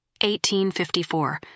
1854